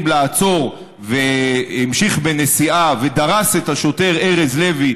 לעצור והמשיך בנסיעה ודרס את השוטר ארז לוי,